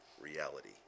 reality